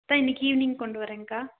அக்கா இன்றைக்கி ஈவினிங் கொண்டு வரேன்க்கா